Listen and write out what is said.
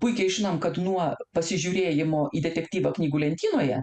puikiai žinom kad nuo pasižiūrėjimo į detektyvą knygų lentynoje